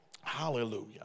Hallelujah